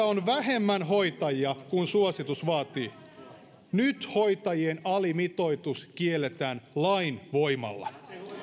on vähemmän hoitajia kuin suositus vaatii nyt hoitajien alimitoitus kielletään lain voimalla